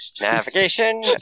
Navigation